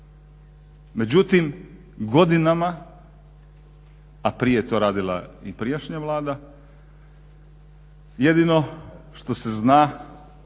Međutim godinama, a prije je to radila i prijašnja Vlada, jedino što se zna